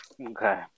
Okay